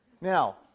Now